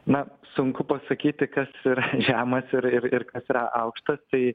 na sunku pasakyti kas yra žemas ir ir kas yra aukšta tai